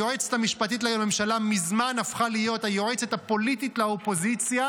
היועצת המשפטית לממשלה מזמן הפכה להיות היועצת הפוליטית לאופוזיציה,